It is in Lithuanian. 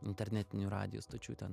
internetinių radijo stočių ten